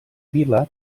vila